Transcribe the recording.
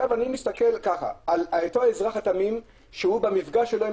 אני מסתכל כך: אותו אזרח תמים במפגש שלו עם